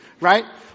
right